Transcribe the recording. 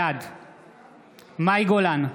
בעד מאי גולן,